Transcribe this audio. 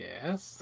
Yes